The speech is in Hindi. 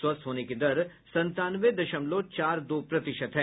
स्वस्थ होने की दर संतानवे दशमलव चार दो प्रतिशत है